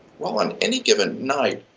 well on any given night,